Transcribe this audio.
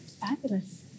Fabulous